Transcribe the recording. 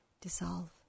dissolve